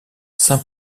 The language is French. saint